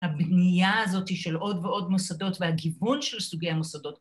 ‫הבנייה הזאתי של עוד ועוד מוסדות ‫והגיוון של סוגי המוסדות.